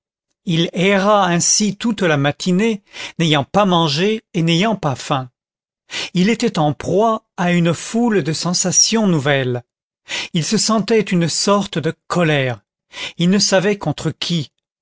il erra ainsi toute la matinée n'ayant pas mangé et n'ayant pas faim il était en proie à une foule de sensations nouvelles il se sentait une sorte de colère il ne savait contre qui